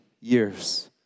years